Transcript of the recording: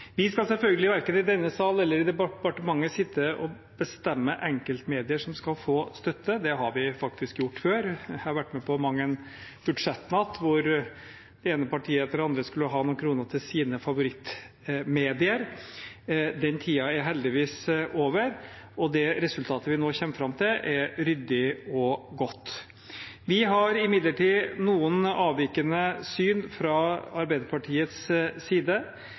Vi skal selvfølgelig verken i denne sal eller i departementet sitte og bestemme hvilke enkeltmedier som skal få støtte. Det har vi faktisk gjort før – jeg har vært med på mang en budsjettnatt hvor det ene partiet etter det andre skulle ha noen kroner til sine favorittmedier. Den tiden er heldigvis over, og det resultatet vi nå kommer fram til, er ryddig og godt. Vi har fra Arbeiderpartiets side imidlertid noen avvikende syn.